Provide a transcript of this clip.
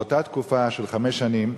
לאותה תקופה של חמש שנים.